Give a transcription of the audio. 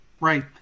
Right